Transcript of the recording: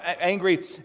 angry